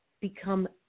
become